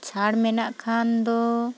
ᱪᱷᱟᱹᱲ ᱢᱮᱱᱟᱜ ᱠᱷᱟᱱ ᱫᱚ